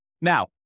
Now